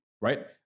right